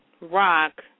rock